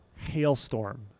Hailstorm